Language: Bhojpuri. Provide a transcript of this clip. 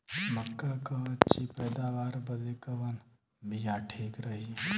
मक्का क अच्छी पैदावार बदे कवन बिया ठीक रही?